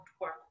work